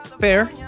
Fair